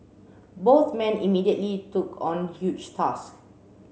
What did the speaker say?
both men immediately took on huge task